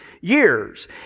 years